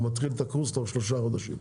הוא מתחיל את הקורס תוך שלושה חודשים.